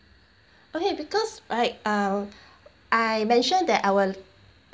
okay because right uh I mentioned that I will